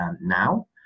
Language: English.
now